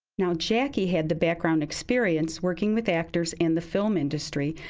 now, jackie had the background experience working with actors in the film industry.